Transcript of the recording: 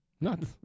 Nuts